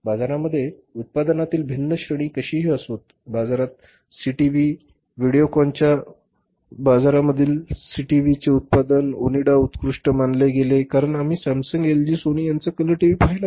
बाजारामध्ये उत्पादनातील भिन्न श्रेणी कशीही असोत बाजारात सीटीव्ही व्हिडिओकॉनच्या बाजारामधील सीटीव्हीचे उत्पादन ओनिडा सर्वोत्कृष्ट मानले गेले कारण आम्ही सॅमसंग एलजी सोनी यांचा कलर टीव्ही पाहिला नाही